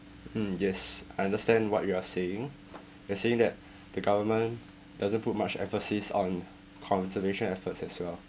mm yes I understand what you are saying you are saying that the government doesn't put much emphasis on conservation efforts as well